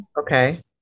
Okay